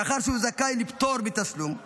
מאחר שהוא זכאי לפטור מתשלום נסיעה.